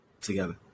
together